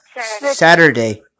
Saturday